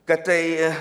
kad tai